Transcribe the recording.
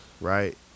right